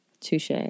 Touche